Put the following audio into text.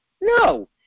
No